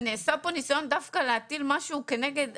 ונעשה פה ניסיון דווקא להטיל משהו כנגד